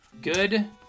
good